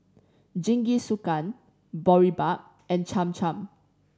Jingisukan Boribap and Cham Cham